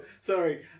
sorry